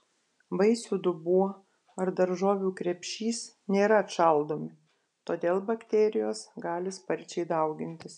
vaisių dubuo ar daržovių krepšys nėra atšaldomi todėl bakterijos gali sparčiai daugintis